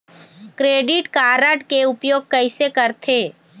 Credit card के उपयोग कैसे करथे?